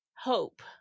hope